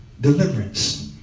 Deliverance